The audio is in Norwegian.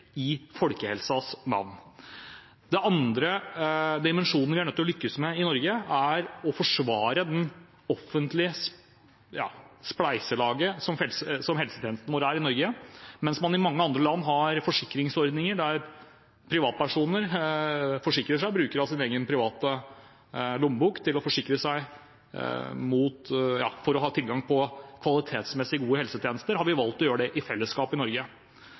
teste ut det alle andre vestlige land har, nemlig et enkelt skolemåltid i folkehelsens navn. Den andre dimensjonen vi er nødt til å lykkes med i Norge, er å forsvare det offentlige spleiselaget som helsetjenesten vår er. Mens man i mange andre land har forsikringsordninger der privatpersoner forsikrer seg, bruker av sin egen private lommebok for å ha tilgang på kvalitetsmessig gode helsetjenester, har vi valgt å gjøre det i fellesskap i